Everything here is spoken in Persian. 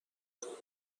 اومد